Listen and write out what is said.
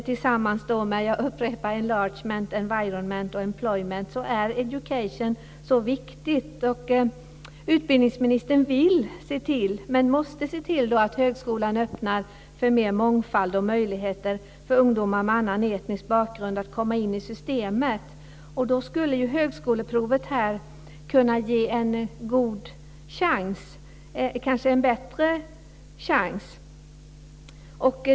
Tillsammans med Enlargement, Environment och Employment är Education viktigt. Utbildningsministern måste se till att högskolan öppnar för mer mångfald och möjligheter för ungdomar med annan etnisk bakgrund att komma in i systemet. Högskoleprovet skulle här kunna ge en god chans, kanske en bättre chans.